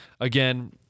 again